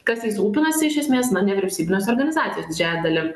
kas jais rūpinasi iš esmės na nevyriausybinės organizacijos didžiąja dalim